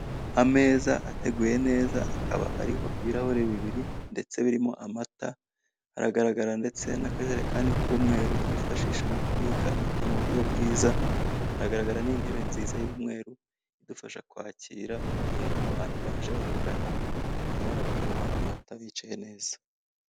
Ameza ateguye neza akaba ariho ibirahuri bibiri, ndetse birimo amata aragaragara ndetse n'akajerekani k'umweru twifashisha mu kubika amata mu buryo bwiza, hagaragara n'intebe nziza y'umweru, idufasha kwakira mu gihe abantu baje batugana, hanyuma bakanywa amata bicaye neza.